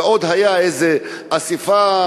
ועוד הייתה איזו אספה,